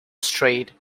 strait